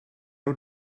nhw